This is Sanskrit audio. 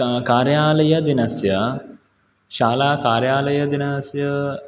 क कार्यालयदिनस्य शालाकार्यालयदिनस्य